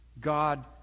God